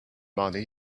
money